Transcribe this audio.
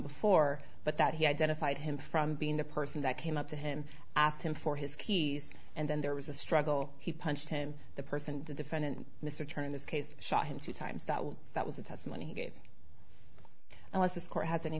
before but that he identified him from being the person that came up to him asked him for his keys and then there was a struggle he punched him the person the defendant mr turn in this case shot him two times that was the testimony he gave unless this court has any